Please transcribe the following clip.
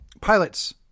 pilots